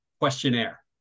questionnaire